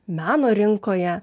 meno rinkoje